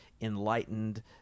enlightened